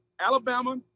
Alabama